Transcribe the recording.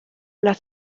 las